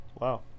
Wow